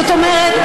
זאת אומרת,